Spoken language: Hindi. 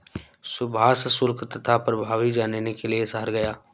सुभाष शुल्क तथा प्रभावी जानने के लिए शहर गया